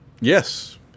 Yes